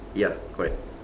ya correct